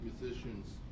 musicians